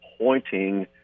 pointing